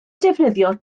defnyddio